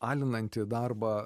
alinantį darbą